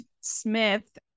Smith